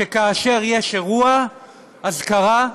שכאשר יש אירוע אזכרה,